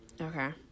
Okay